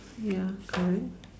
ya correct